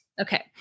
Okay